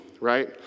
right